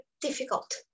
difficult